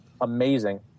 amazing